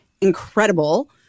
incredible